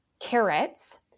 carrots